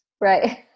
right